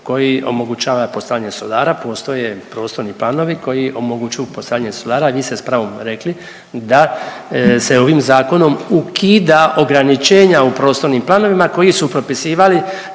koji omogućava postavljanje solara. Postoje prostorni planovi koji omogućuju postavljanje solara. Vi ste s pravom rekli da se ovim zakonom ukida ograničenja u prostornim planovima koji su propisivali